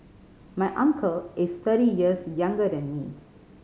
my uncle is thirty years younger than me